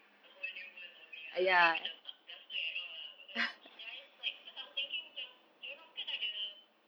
a whole new world for me ah like macam tak biasa at all ah but then ya I used to like cause I was thinking macam jurong kan ada